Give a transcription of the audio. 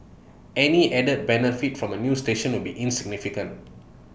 any added benefit from A new station will be insignificant